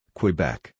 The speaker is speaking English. Quebec